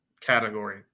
category